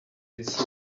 its